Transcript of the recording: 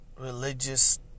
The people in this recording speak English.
religious